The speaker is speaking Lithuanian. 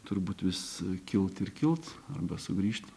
turbūt vis kilti ir kilti arba sugrįžt